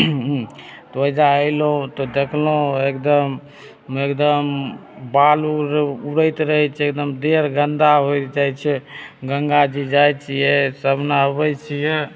तऽ ओहिजाँ अयलौ तऽ देखलहुँ एकदम एकदम बाल ओल उड़ैत रहैत छै एकदम देह आर गंदा होइ जाइत छै गङ्गा जी जाइ छियै सब नहबैत छियै